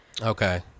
Okay